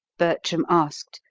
bertram asked,